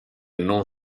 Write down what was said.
non